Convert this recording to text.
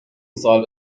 سوال